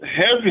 Heavy